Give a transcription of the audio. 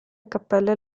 cappelle